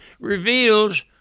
reveals